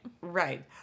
Right